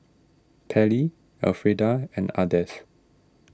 Pairlee Elfreda and Ardeth